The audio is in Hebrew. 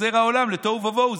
חוזר העולם לתוהו ובוהו.